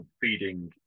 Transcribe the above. feeding